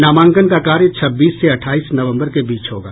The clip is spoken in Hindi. नामांकन का कार्य छब्बीस से अठाईस नवम्बर के बीच होगा